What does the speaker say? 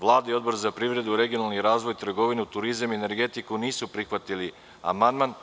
Vlada i Odbor za privredu, regionalni razvoj, trgovinu, turizam i energetiku nisu prihvatili amandman.